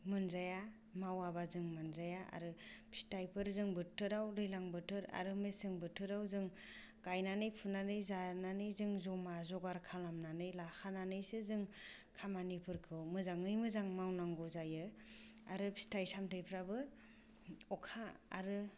मोनजाया मावाबा जों मोनजाया आरो फिथाइफोर जों बोथोराव दैज्लां बोथोर आरो मेसें बोथोराव जों गायनानै फुनानै जानानै जों जमा जगार खालामनानै लाखानानैसो जों खामानिफोरखौ मोजाङै मोजां मावनांगौ जायो आरो फिथाइ सामथायफ्राबो अखा आरो